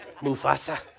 Mufasa